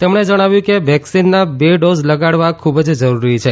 તેમણે જણાવ્યું કે વેકસીનના બે ડોઝ લગાડવા ખુબ જ જરૂરી છે